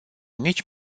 nici